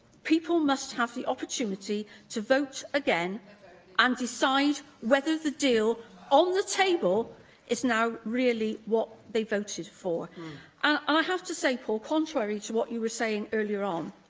people must have the opportunity to vote again and decide whether the deal on the table is now really what they voted for. and i have to say, paul, contrary to what you were saying earlier on,